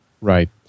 Right